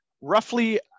roughly